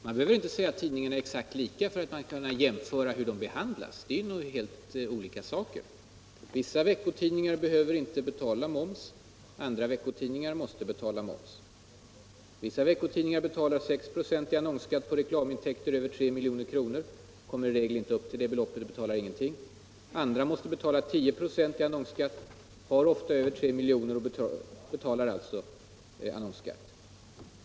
Man behöver ju inte säga att tidningarna är exakt lika för att jämföra hur de behandlas: Vissa veckotidningar behöver inte betala moms. Andra veckotidningar måste betala moms. Vissa veckotidningar skall betala 6 96 i annonsskatt på reklamintäkter över 3 milj.kr.; men de kommer i regel inte upp till det beloppet och betalar ingenting. Andra måste betala 10 96 i annonsskatt, har ofta intäkter på 3 milj.kr. och betalar alltså annonsskatt.